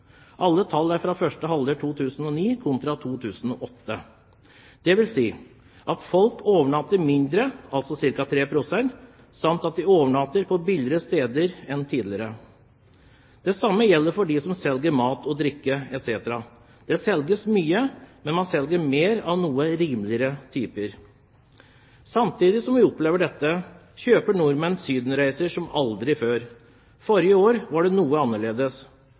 Alle tall er fra første halvår 2009 – kontra 2008. Det vil si at folk overnatter mindre, altså ca. 3 pst., samt at de overnatter på billigere steder enn tidligere. Det samme gjelder for dem som selger mat og drikke etc. Det selges mye, men man selger mer av typer som er noe rimeligere. Samtidig som vi opplever dette, kjøper nordmenn sydenreiser som aldri før, forrige år var det noe annerledes.